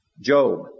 Job